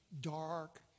dark